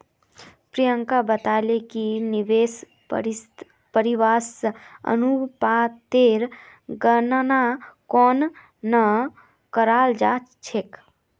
प्रियंका बताले कि निवेश परिव्यास अनुपातेर गणना केन न कराल जा छेक